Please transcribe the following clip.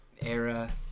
era